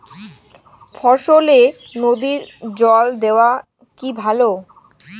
ফসলে নদীর জল দেওয়া কি ভাল?